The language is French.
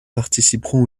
participeront